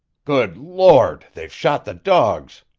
good lord! they've shot the dogs,